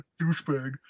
douchebag